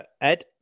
Ed